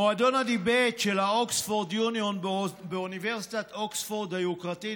מועדון הדיבייט של Oxford Union באוניברסיטת אוקספורד היוקרתית